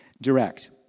Direct